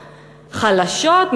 חלשות,